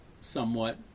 somewhat